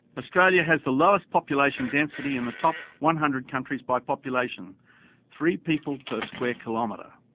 australia has the lowest population density in the top one hundred countries by population three people per square kilometre.